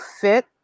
fit